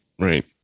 Right